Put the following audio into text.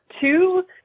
two